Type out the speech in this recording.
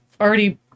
already